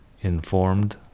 informed